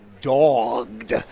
dogged